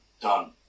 Done